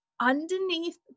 underneath